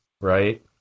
right